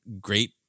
great